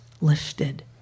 lifted